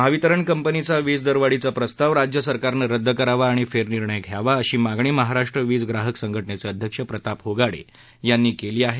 महावितरण कंपनीचा वीज दरवाढीचा प्रस्ताव राज्य सरकारनं रदद करावा आणि फेरनिर्णय घ्यावा अशी मागणी महाराष्ट्र वीज ग्राहक संघ नेचे अध्यक्ष प्रताप होगाडे यांना केली आहे